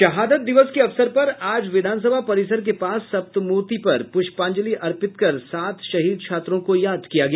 शहादत दिवस के अवसर पर आज विधान सभा परिसर के पास सप्तमूर्ति पर पुष्पांजलि अर्पित कर सात शहीद छात्रों को याद किया गया